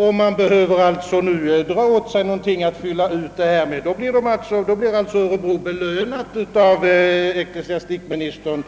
Staden behöver alltså nu dra åt sig någonting för att fylla ut med. Genom anvisningarna i direktiven blir alltså Örebro belönat av ecklesiastikministern.